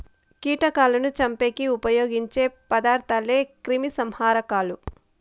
కీటకాలను చంపేకి ఉపయోగించే పదార్థాలే క్రిమిసంహారకాలు